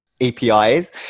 APIs